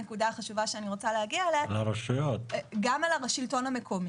גם על השלטון המקומי.